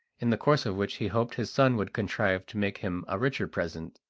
in the course of which he hoped his son would contrive to make him a richer present.